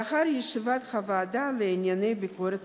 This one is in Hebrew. לאחר ישיבת הוועדה לענייני ביקורת